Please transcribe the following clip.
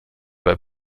bei